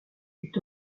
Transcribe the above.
est